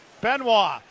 Benoit